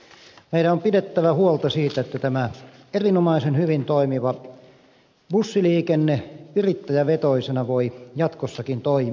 meidän on pidettävä huolta siitä että tämä erinomaisen hyvin toimiva bussiliikenne yrittäjävetoisena voi jatkossakin toimia